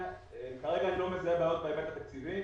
אני לא יודעת מה יהיה הסכום הסופי.